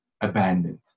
abandoned